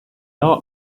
art